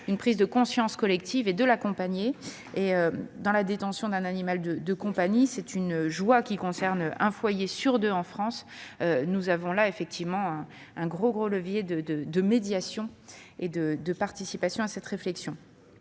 une prise de conscience collective et de l'accompagner. Détenir un animal de compagnie, c'est une joie qui concerne un foyer sur deux en France- nous avons là un important levier de médiation et de participation à cette réflexion